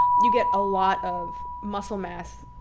you get a lot of muscle mass,